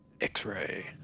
X-ray